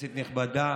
כנסת נכבדה,